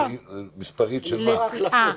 מספר החלפות.